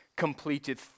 Completed